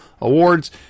awards